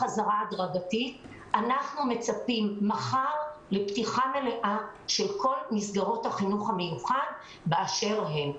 אנחנו מצפים מחר לפתיחה מלאה של כל מסגרות החינוך המיוחד באשר הן.